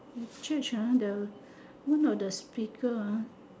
at church ah the one of the speaker ah